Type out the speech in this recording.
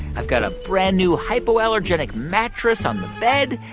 i've got a brand-new, hypoallergenic mattress on the bed,